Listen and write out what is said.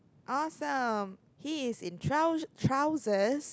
awesome he is in trou~ trousers